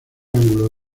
ángulo